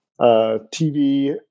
TV